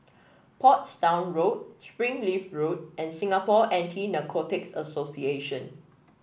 Portsdown Road Springleaf Road and Singapore Anti Narcotics Association